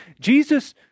Jesus